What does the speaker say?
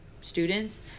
students